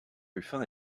ruffin